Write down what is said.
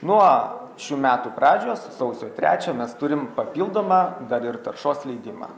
nuo šių metų pradžios sausio trečią mes turim papildomą dar ir taršos leidimą